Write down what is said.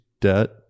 debt